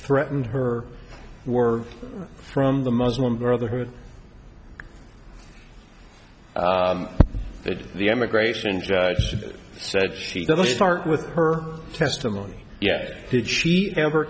threatened her were from the muslim brotherhood but the immigration judge said she didn't start with her testimony yet did she ever